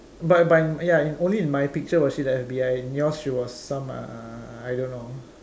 but but in ya only in my picture was she the F_B_I in yours she was some uh I don't know